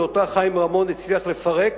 שאותה חיים רמון הצליח לפרק